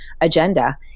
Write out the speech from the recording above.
agenda